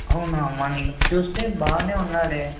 అవునా మార్నింగ్ చూస్తే బాగానే ఉన్నాడే